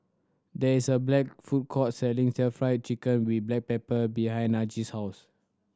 there is a black food court selling Stir Fried Chicken with black pepper behind Najee's house